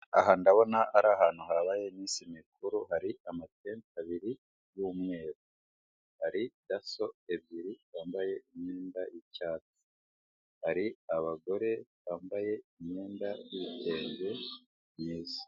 Aha ndabona ari ahantu habaye iminsi mikuru, hari amatente abiri y'umweru. Hari daso ebyiri zambaye imyenda y'icyatsi. Hari abagore bambaye imyenda y'ibitenge myiza.